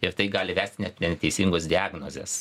ir tai gali vesti net neteisingos diagnozės